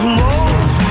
love